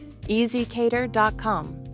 Easycater.com